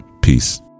Peace